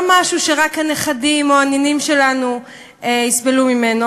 משהו שרק הנכדים או הנינים שלנו יסבלו ממנו,